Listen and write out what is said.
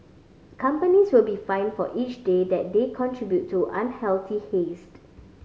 companies will be fined for each day that they contribute to unhealthy hazed